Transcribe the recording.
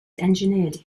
engineered